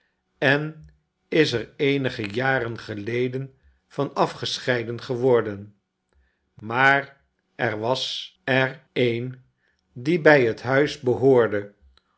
en is er eenige jaren geleden van afgescheiden geworden maar er was er een die bij het huis behoorde